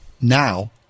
now